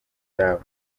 araba